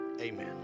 Amen